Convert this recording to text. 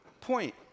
Point